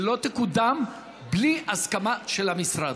ושלא תקודם בלי הסכמה של המשרד?